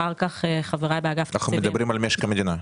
אחר כך חבריי באגף התקציבים --- אנחנו מדברים על משק המדינה?